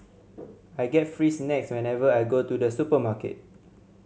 I get free snacks whenever I go to the supermarket